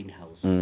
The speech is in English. house